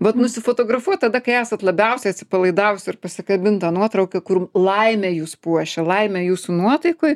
vat nusifotografuot tada kai esat labiausiai atsipalaidavus ir pasikabint tą nuotrauką kur laimė jus puošia laimė jūsų nuotaikoj